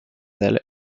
elle